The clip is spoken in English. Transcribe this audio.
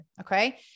Okay